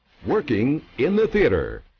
working in the theatre,